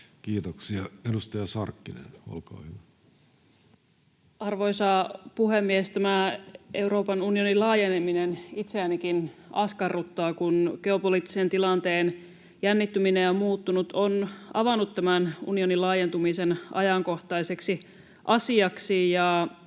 Kiitoksia. — Edustaja Sarkkinen, olkaa hyvä. Arvoisa puhemies! Tämä Euroopan unionin laajeneminen itseänikin askarruttaa. Kun geopoliittisen tilanteen jännittyminen on muuttunut, on se avannut tämän unionin laajentumisen ajankohtaiseksi asiaksi.